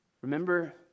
remember